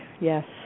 Yes